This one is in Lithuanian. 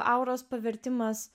auros pavertimas